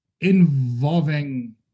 involving